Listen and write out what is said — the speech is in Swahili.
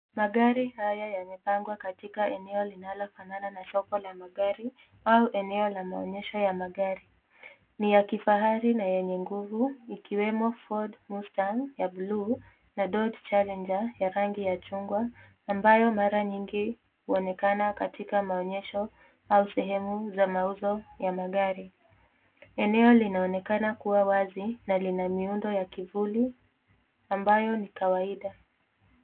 Magari haya yamepangwa katika eneo linalofanana na soko la magari au eneo la maonyesho ya magari. Ni ya kifahari na yenye nguvu ikiwemo ford bustan ya buluu, dolge challenger ya rangi ya chungwa ambayo mara nyingi huonekana katika maonyesho au sehemu za mauzo ya magari. Eneo linaonekana kuwa wazi na lina miundo ya kivuli ambayo ni kawaida.